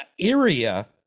area